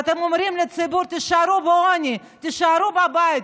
אתם אומרים לציבור: תישארו בעוני, תישארו בבית.